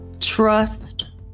trust